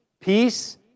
peace